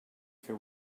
fer